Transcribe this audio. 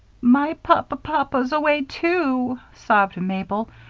my pa-pa-papa's away, too, sobbed mabel,